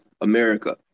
America